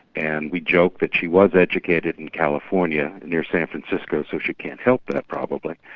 and we joke that she was educated in california near san francisco so she can't help that probably.